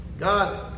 God